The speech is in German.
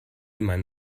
mein